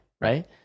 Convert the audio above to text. right